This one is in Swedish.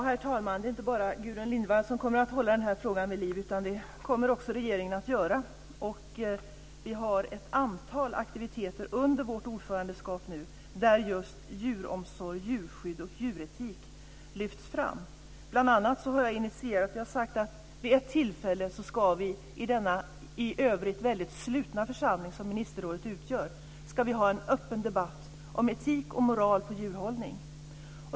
Herr talman! Det är inte bara Gudrun Lindvall som kommer att hålla den här frågan vid liv. Det kommer också regeringen att göra. Vi har ett antal aktiviteter under vårt ordförandeskap där just djuromsorg, djurskydd och djuretik lyfts fram. Jag har bl.a. sagt att vid ett tillfälle ska vi i denna i övrigt mycket slutna församling som Ministerrådet utgör ha en öppen debatt om etik och moral när det gäller djurhållning.